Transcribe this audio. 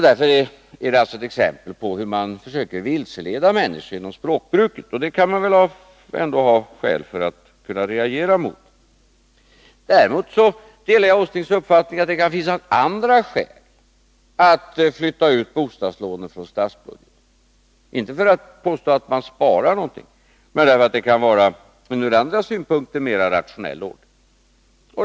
Det är alltså ett exempel på hur man försöker vilseleda människor genom språkbruket, och det kan väl då finnas skäl att reagera mot det. Däremot delar jag Nils Åslings uppfattning, att det kan finnas andra skäl att flytta ut bostadslånen från statsbudgeten. Det skulle inte vara för att påstå att man sparar någonting, men det kan ur andra synpunkter vara en rationell åtgärd.